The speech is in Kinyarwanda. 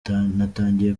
natangiye